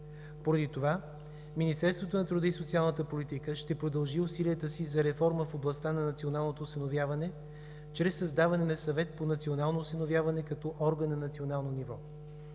Поради това Министерството на труда и социалната политика ще продължи усилията си за реформа в областта на националното осиновяване чрез създаване на Съвет по национално осиновяване като орган на национално ниво.